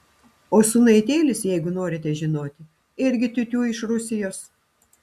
o sūnaitėlis jeigu norite žinoti irgi tiutiū iš rusijos